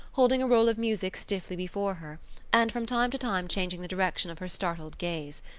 holding a roll of music stiffly before her and from time to time changing the direction of her startled gaze.